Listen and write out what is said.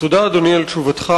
תודה, אדוני, על תשובתך.